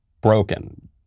broken